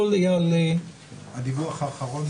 הדיווח האחרון